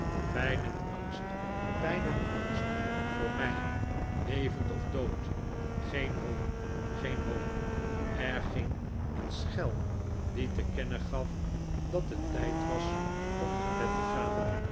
en angst pijn en angst voor mij levend of dood geen hoop geen hoop er ging een schel die te kennen gaf dat het tijd was om naar bed te gaan